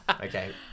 Okay